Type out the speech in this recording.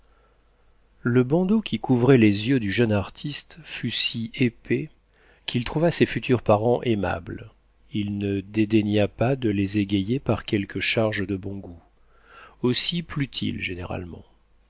le bandeau qui couvrait les yeux du jeune artiste fut si épais qu'il trouva ses futurs parents aimables il ne dédaigna pas de les égayer par quelques charges de bon goût aussi plut il généralement